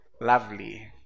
lovely